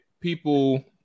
people